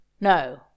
No